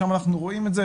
שם אנחנו רואים את זה,